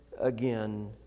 again